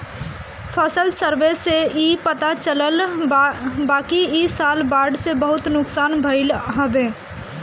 फसल सर्वे से इ पता चलल बाकि इ साल बाढ़ से बहुते नुकसान भइल हवे